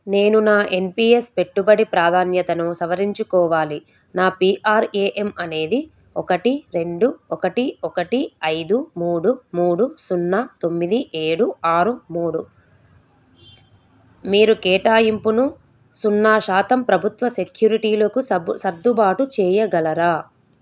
నేను నా ఎన్పీఎస్ పెట్టుబడి ప్రాధాన్యతను సవరించుకోవాలి నా పీ ఆర్ ఏ ఎం అనేది ఒకటి రెండు ఒకటి ఒకటి ఐదు మూడు మూడు సున్నా తొమ్మిది ఏడు ఆరు మూడు మీరు కేటాయింపును సున్నా శాతం ప్రభుత్వ సెక్యూరిటీలకు సబ్బు సర్దుబాటు చేయగలరా